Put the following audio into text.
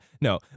no